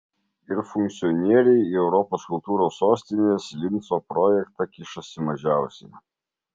ir funkcionieriai į europos kultūros sostinės linco projektą kišasi mažiausiai